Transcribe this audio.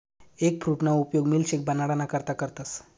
एगफ्रूटना उपयोग मिल्कशेक बनाडाना करता करतस